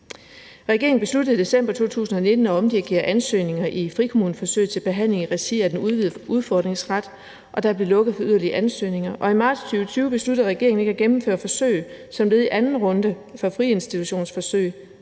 Regeringen besluttede i december 2019 at omdirigere ansøgninger om frikommuneforsøg til behandling i regi af den udvidede udfordringsret, og der blev lukket for yderligere ansøgninger, og i marts 2020 besluttede regeringen ikke at gennemføre forsøg som led i anden runde for friinstitutionsforsøg,